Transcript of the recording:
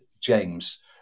James